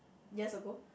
years ago